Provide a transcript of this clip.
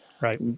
Right